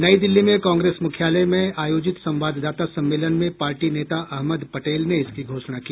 नयी दिल्ली में कांग्रेस मुख्यालय में आयोजित संवाददाता सम्मेलन में पार्टी नेता अहमद पटेल ने इसकी घोषणा की